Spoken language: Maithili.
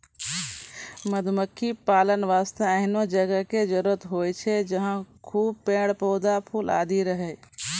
मधुमक्खी पालन वास्तॅ एहनो जगह के जरूरत होय छै जहाँ खूब पेड़, पौधा, फूल आदि रहै